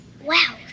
Wow